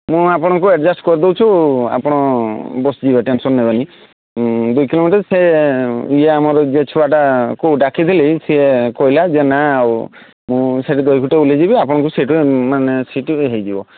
ମୁଁ ଆପଣଙ୍କୁ ଆଡ଼ଜେଷ୍ଟ୍ କରିଦେଉଛୁ ଆପଣ ବସିଯିବେ ଟେନସନ୍ ନେବେନି ଦୁଇ କିଲୋମିଟର୍ ସେ ଇଏ ଆମର ଯେ ଛୁଆଟାକୁ ଡାକିଥିଲି ସିଏ କହିଲା ଯେ ନା ଆଉ ମୁଁ ସେଇଟି ଦୋଇକୁଟ ଓହ୍ଲାଇଯିବି ଆପଣଙ୍କୁ ସେଇଠୁ ମାନେ ସିଟ୍ ହୋଇଯିବ